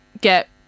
get